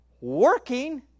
working